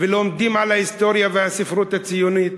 ולומדים על ההיסטוריה והספרות הציונית,